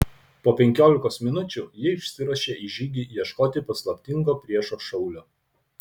po penkiolikos minučių ji išsiruošė į žygį ieškoti paslaptingo priešo šaulio